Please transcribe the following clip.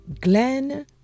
Glenn